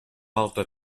altra